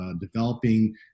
developing